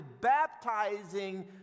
baptizing